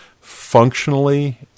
functionally